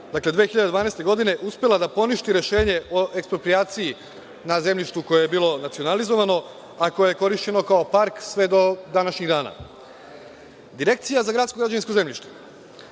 2012. godine, uspela da poništi Rešenje o eksproprijaciji na zemljištu koje je bilo nacionalizovano, a koje je korišćeno kao park sve do današnjih dana. Direkcija za gradsko građevinsko zemljište,